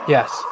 Yes